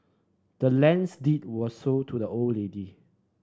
the land's deed was sold to the old lady